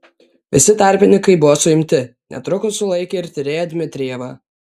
visi tarpininkai buvo suimti netrukus sulaikė ir tyrėją dmitrijevą